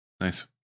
Nice